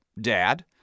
Dad